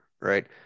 right